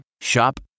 Shop